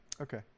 Okay